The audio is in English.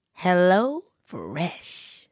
HelloFresh